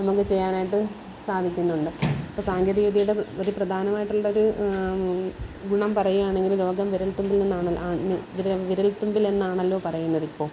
നമുക്ക് ചെയ്യാനായിട്ട് സാധിക്കുന്നുണ്ട് അപ്പം സാങ്കേതിക വിദ്യയുടെ ഒരു പ്രധാനമായിട്ടുള്ള ഒരു ഗുണം പറയുകയാണെങ്കിൽ ലോകം വിരൽ തുമ്പിലെന്നാണല്ലോ ആണ് വിരൽ തുമ്പിലെന്നാണല്ലോ പറയുന്നത് ഇപ്പോൾ